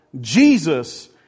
Jesus